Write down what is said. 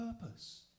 purpose